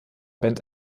band